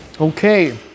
Okay